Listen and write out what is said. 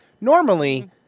normally